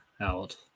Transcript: out